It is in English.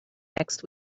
next